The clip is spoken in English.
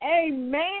Amen